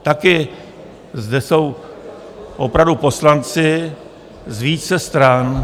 Taky zde jsou opravdu poslanci z více stran.